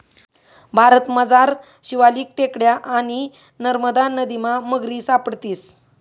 भारतमझार शिवालिक टेकड्या आणि नरमदा नदीमा मगरी सापडतीस